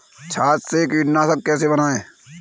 छाछ से कीटनाशक कैसे बनाएँ?